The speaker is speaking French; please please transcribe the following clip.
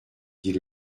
dit